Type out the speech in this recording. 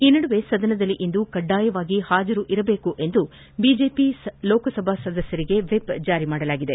ಈ ನಡುವೆ ಸದನದಲ್ಲಿ ಇಂದು ಕಡ್ಡಾಯವಾಗಿ ಹಾಜರಾಗುವಂತೆ ಬಿಜೆಪಿ ಲೋಕಸಭಾ ಸದಸ್ಯರಿಗೆ ವಿಪ್ ಜಾರಿ ಮಾಡಲಾಗಿದೆ